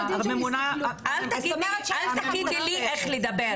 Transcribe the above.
הממונה --- אל תגידי לי איך לדבר.